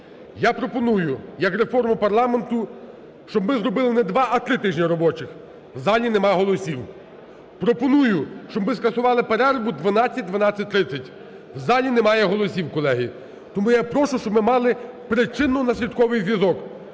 Я пропоную як реформу парламенту, щоб ми зробили не два, а три тижні робочих – в залі нема голосів. Пропоную, щоб ми скасували перерву 12-12.30 – в залі немає голосів, колеги. Тому я прошу, щоб ми мали причинно-наслідковий зв'язок.